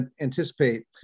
anticipate